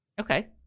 Okay